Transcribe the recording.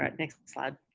um next slide,